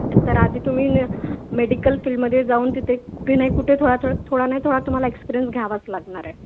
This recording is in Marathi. तर आधी तुम्ही मेडिकल फील्डमध्ये जाऊन तिथे कुठे नाही कुठे थोडा थो थोडा नाही थोडा तुम्हाला एक्सपिरियन्स घ्यावाच लागणार आहे